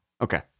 Okay